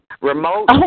Remote